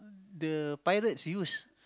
the pilots use